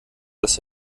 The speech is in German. das